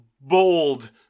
bold